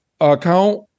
account